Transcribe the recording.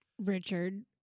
Richard